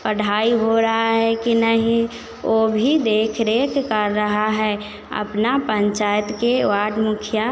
पढाई हो रहा है कि नहीं वो भी देख रेख कर रहा है अपना पंचायत के वार्ड मुखिया